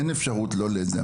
אין אפשרות לא לזה.